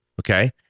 Okay